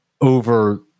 over